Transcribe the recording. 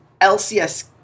LCS